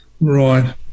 right